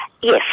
Yes